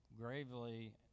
gravely